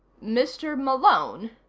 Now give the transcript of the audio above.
mr. malone?